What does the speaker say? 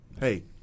hey